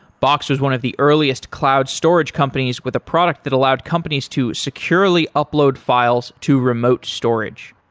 box was one of the earliest cloud storage companies with a product that allowed companies to securely upload files to remote storage.